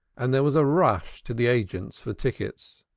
and there was a rush to the agents for tickets.